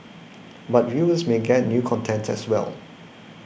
but viewers may get new content as well